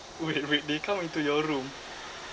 wait wait they come into your room